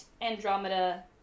Andromeda